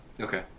Okay